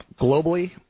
Globally